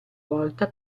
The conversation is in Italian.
volta